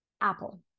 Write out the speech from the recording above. Apple